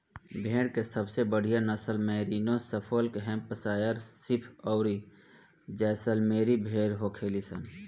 भेड़ के सबसे बढ़ियां नसल मैरिनो, सफोल्क, हैम्पशायर शीप अउरी जैसलमेरी भेड़ होखेली सन